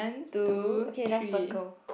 two okay just circle